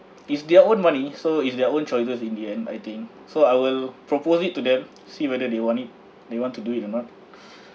it's their own money so it's their own choices in the end I think so I will propose it to them see whether they want it they want to do it or not